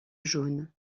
jaune